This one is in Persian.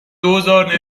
دوزار